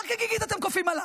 הר כגיגית אתם כופים עליי.